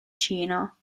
cina